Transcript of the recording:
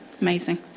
amazing